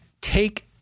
take